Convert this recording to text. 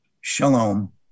Shalom